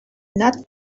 not